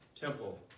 temple